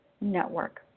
Network